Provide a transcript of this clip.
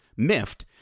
MIFT